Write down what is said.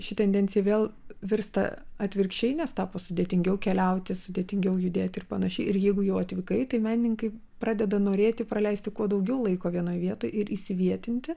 ši tendencija vėl virsta atvirkščiai nes tapo sudėtingiau keliauti sudėtingiau judėti ir panašiai ir jeigu jau atvykai tai menininkai pradeda norėti praleisti kuo daugiau laiko vienoj vietoj ir įsivietinti